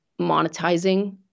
monetizing